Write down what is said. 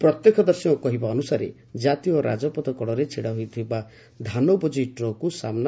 ପ୍ରତ୍ୟକ୍ଷଦର୍ଶୀଙ୍କ କହିବା ଅନୁସାରେ କାତୀୟ ରାଜପଥ କଡ଼ରେ ଛିଡ଼ା ହୋଇଥିବା ଧାନବୋଝେଇ ଟ୍ରକ୍ଟିକୁ ସାମୁ